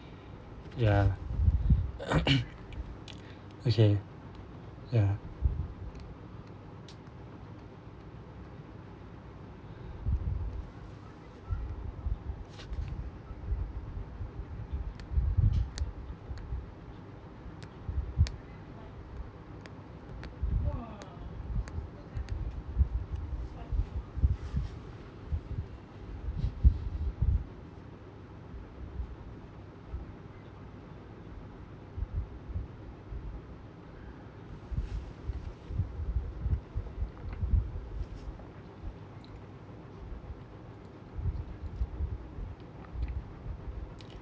ya okay ya